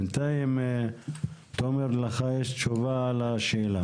בינתיים, תומר, לך יש תשובה לשאלה?